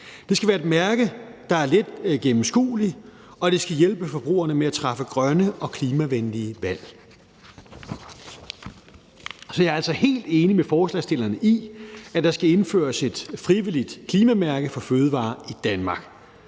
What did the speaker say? Det skal være et mærke, der er let gennemskueligt, og det skal hjælpe forbrugerne med at træffe grønne og klimavenlige valg. Så jeg er altså helt enig med forslagsstillerne i, at der skal indføres et frivilligt klimamærke for fødevarer i Danmark.